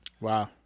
Wow